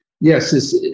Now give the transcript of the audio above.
Yes